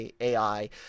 AI